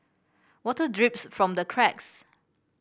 water drips from the cracks